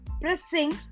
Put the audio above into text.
pressing